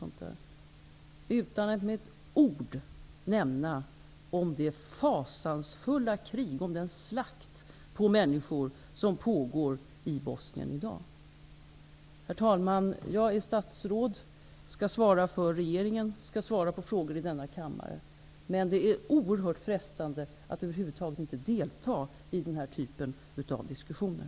Inte med ett ord nämner han det fasansfulla krig, om den slakt på människor, som i dag pågår i Bosnien. Herr talman! Jag är statsråd och skall svara för regeringen. Jag skall även svara på frågor i denna kammare. Men det är oerhört frestande att över huvud taget inte delta i den här typen av diskussioner.